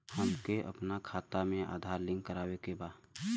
हमके अपना खाता में आधार लिंक करावे के बा?